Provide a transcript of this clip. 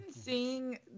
seeing